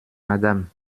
madame